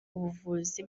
ubuvuzi